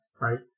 right